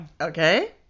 Okay